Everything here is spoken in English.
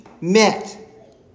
met